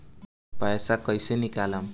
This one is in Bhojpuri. पैसा कैसे निकालम?